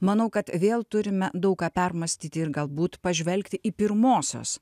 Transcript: manau kad vėl turime daug ką permąstyti ir galbūt pažvelgti į pirmosios